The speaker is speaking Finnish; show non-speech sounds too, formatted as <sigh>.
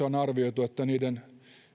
<unintelligible> on arvioitu että kosteusongelmien